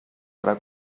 farà